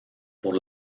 por